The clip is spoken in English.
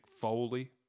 Foley